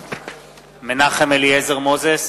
מנחם אליעזר מוזס,